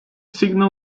signal